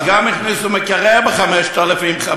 אז גם הכניסו מקרר ב-5,500,